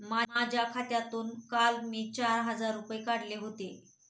माझ्या खात्यातून काल मी चार हजार रुपये काढले होते